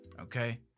Okay